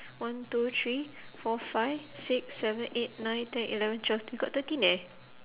one two three four five six seven eight nine ten eleven twelve we got thirteen eh